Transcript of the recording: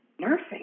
nursing